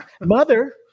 Mother